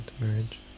marriage